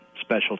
special